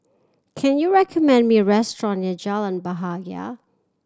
can you recommend me a restaurant near Jalan Bahagia